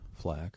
flag